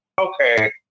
okay